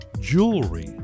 jewelry